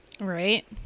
Right